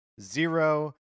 Zero